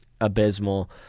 Abysmal